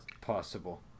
possible